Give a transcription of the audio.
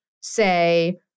say